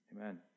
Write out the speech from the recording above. Amen